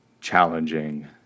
challenging